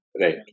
right